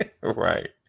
Right